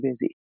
busy